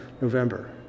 November